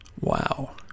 Wow